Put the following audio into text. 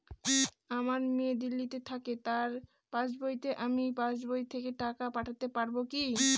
আমার মেয়ে দিল্লীতে থাকে তার পাসবইতে আমি পাসবই থেকে টাকা পাঠাতে পারব কি?